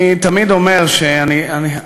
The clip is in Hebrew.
אני תמיד אומר שאנחנו,